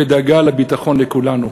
ודאגה לביטחון לכולנו,